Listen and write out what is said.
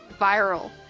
viral